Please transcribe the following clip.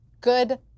good